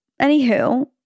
anywho